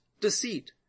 deceit